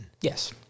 Yes